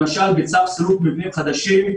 למשל בצו סילוק מבנים חדשים,